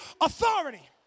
authority